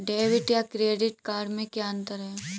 Debit या credit card में क्या अन्तर है?